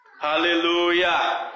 Hallelujah